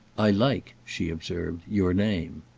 i like, she observed, your name.